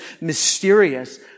mysterious